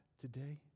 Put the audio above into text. today